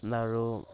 আৰু